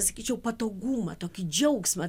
sakyčiau patogumą tokį džiaugsmą